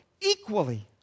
equally